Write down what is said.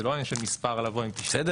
זה לא ענין של מספר לבוא עם 90. בסדר